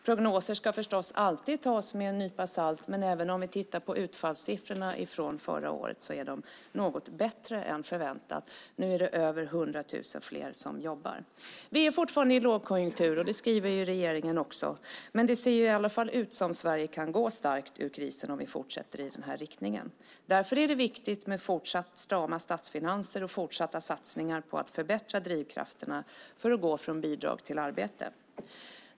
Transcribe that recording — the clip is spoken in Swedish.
Prognoser ska alltid tas med en nypa salt, men även utfallssiffrorna från förra året är något bättre än förväntat. Nu är det mer än 100 000 fler som jobbar. Vi befinner oss fortfarande i en lågkonjunktur. Det skriver regeringen också. Men det ser ut som om Sverige kan gå starkt ur krisen om vi fortsätter i den här riktningen. Därför är det viktigt med fortsatt strama statsfinanser och fortsatta satsningar på att förbättra drivkrafterna för att gå från bidrag till arbete.